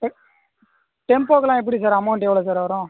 ஆ டெம்போக்கலாம் எப்படி sir amount எவ்வளோ சார் வரும்